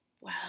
Wow